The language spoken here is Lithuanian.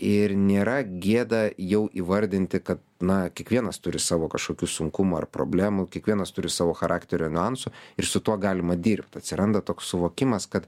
ir nėra gėda jau įvardinti kad na kiekvienas turi savo kažkokių sunkumų ar problemų kiekvienas turi savo charakterio niuansų ir su tuo galima dirbt atsiranda toks suvokimas kad